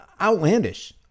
outlandish